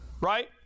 right